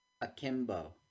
Akimbo